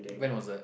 when was that